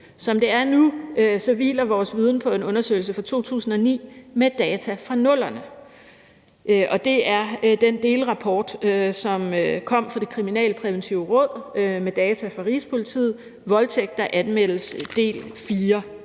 Som det er nu, hviler vores viden på en undersøgelse fra 2009 med data fra 00'erne, og det er den delrapport, som kom fra Det Kriminalpræventive Råd med data fra Rigspolitiet: »Voldtægt der anmeldes –